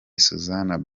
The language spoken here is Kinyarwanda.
suzanne